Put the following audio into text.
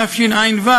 התשע"ו,